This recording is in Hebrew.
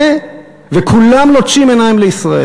וכולם לוטשים עיניים לישראל,